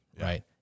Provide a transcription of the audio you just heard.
Right